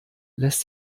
lässt